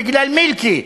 בגלל מילקי.